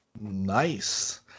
Nice